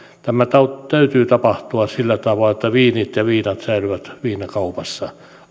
tämän täytyy tapahtua sillä tavalla että viinit ja viinat säilyvät viinakaupassa